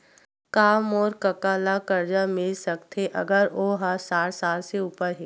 का मोर कका ला कर्जा मिल सकथे अगर ओ हा साठ साल से उपर हे?